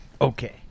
Okay